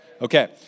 Okay